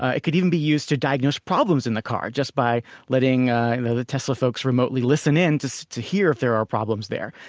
it could even be used to diagnose problems in the car just by letting you know that tesla folks remotely listen in to so to hear if there are problems there.